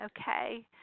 Okay